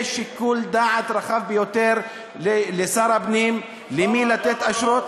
יש שיקול דעת רחב ביותר לשר הפנים, למי לתת אשרות.